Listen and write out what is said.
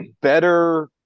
better